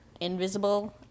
invisible